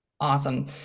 Awesome